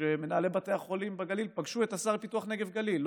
שמנהלי בתי החולים בגליל פגשו את השר לפיתוח הנגב והגליל,